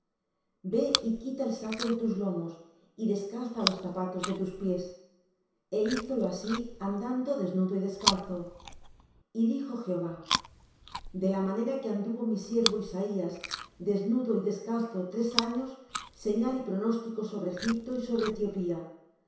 ve y quita el saco de tus lomos y descalza los zapatos de tus pies e hízolo así andando desnudo y descalzo y dijo jehová de la manera que anduvo mi siervo isaías desnudo y descalzo tres años señal y pronóstico sobre egipto y sobre etiopía